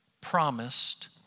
promised